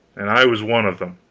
and i was one of them.